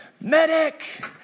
medic